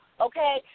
okay